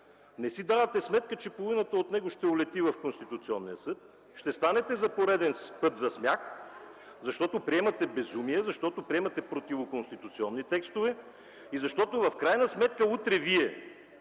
не си давате сметка, че половината от него ще отлети в Конституционния съд. Ще станете за пореден път за смях, защото приемате безумия, защото приемате противоконституционни текстове, и защото в крайна сметка утре Вие,